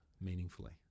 meaningfully